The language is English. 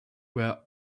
were